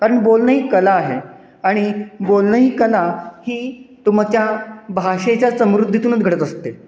कारण बोलणं ही कला आहे आणि बोलणं ही कला ही तुमच्या भाषेच्या समृद्धीतूनच घडत असते